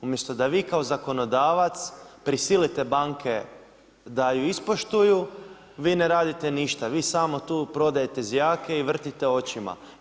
Umjesto da vi kao zakonodavac prisilite banke da ju izpoštuju, vi ne radite ništa, vi samo tu prodajete zjake i vrtite očima.